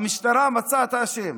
המשטרה מצאה את האשם?